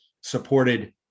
supported